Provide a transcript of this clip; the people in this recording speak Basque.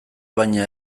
baina